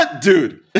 dude